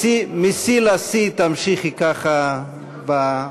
משיא לשיא תמשיכי ככה, תודה.